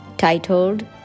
titled